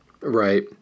Right